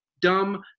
dumb